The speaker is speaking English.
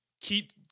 keep